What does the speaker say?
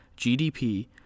GDP